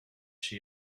she